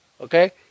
Okay